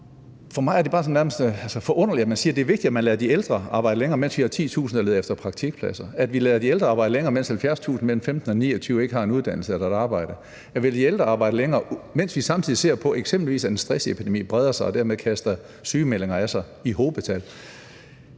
For mig er det bare sådan nærmest forunderligt, at man siger, at det er vigtigt, at vi lader de ældre arbejde længere, mens vi har 10.000, der leder efter praktikpladser; at vi lader de ældre arbejde længere, mens 70.000 mellem 15 og 29 år ikke har en uddannelse eller et arbejde; at vi lader de ældre arbejde længere, mens vi samtidig ser på, at eksempelvis en stressepidemi breder sig og dermed kaster sygemeldinger af sig, i hobetal.